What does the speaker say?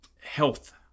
health